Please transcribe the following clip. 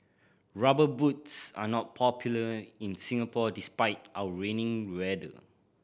Rubber Boots are not popular in Singapore despite our rainy weather